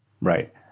Right